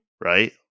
right